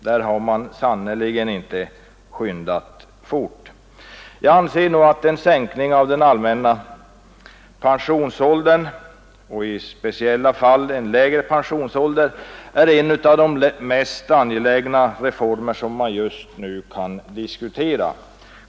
Här har man skyndat långsamt. Jag anser att en sänkning av den allmänna pensionsåldern, och i speciella fall en särskilt låg pensionsålder, är en av de mest angelägna reformer som just nu kan diskuteras.